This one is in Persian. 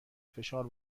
فشار